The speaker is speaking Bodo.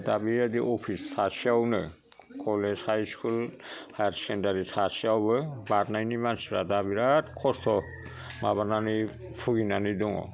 दा बेबायदि अफिस थासेयावनो कलेज हाइस्कुल हाइयार सेकेण्डारि थासेयावबो बारनायनि मानसिफ्रा दा बिराथ खस्थ' माबानानै भुगिनानै दङ